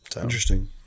Interesting